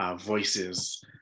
voices